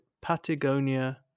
Patagonia